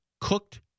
Cooked